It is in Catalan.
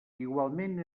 igualment